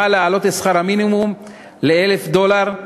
להעלות את שכר המינימום ל-1,000 דולר,